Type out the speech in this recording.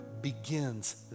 begins